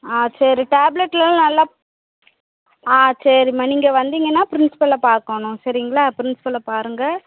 ஆ சரி டேப்லெட்டுலாம் நல்லா ஆ சரிம்மா நீங்கள் வந்திங்கனா ப்ரின்ஸ்பல்ல பார்க்கணும் சரிங்களா ப்ரின்ஸ்பல்ல பாருங்கள்